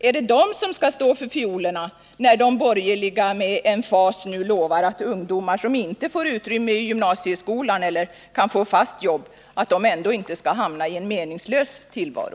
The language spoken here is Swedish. Är det kommunerna som skall stå för fiolerna när de borgerliga med emfas lovar att ungdomar som inte får plats i gymnasieskolan eller inte kan få ett fast jobb ändå skall undgå att hamna i en meningslös tillvaro?